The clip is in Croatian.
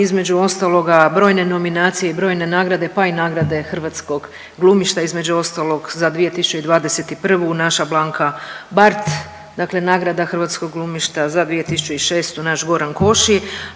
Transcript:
Između ostaloga brojne nominacije i broje nagrade, pa i nagrade hrvatskog glumišta između ostalog za 2021. naša Blanka Bart dakle nagrada hrvatskog glumišta za 2006. naš Goran Koši,